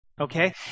Okay